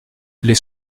les